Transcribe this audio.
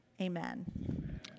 Amen